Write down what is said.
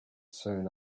soon